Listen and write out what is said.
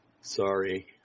sorry